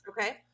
Okay